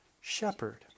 shepherd